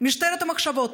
משטרת המחשבות.